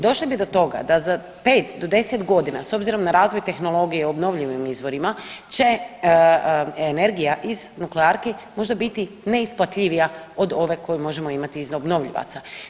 Došli bi do toga da za 5 do 10 godina s obzirom na razvoj tehnologije obnovljivim izvorima će energija iz nuklearki možda biti neisplativija od ove koju možemo imati iz obnovljivaca.